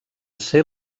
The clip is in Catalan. ser